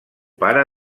pare